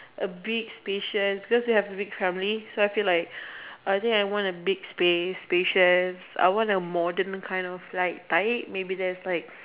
a big spacious because they have a big family so I feel like I think want a big space spacious I want a modern kind of like tight maybe there's like